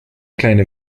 kleine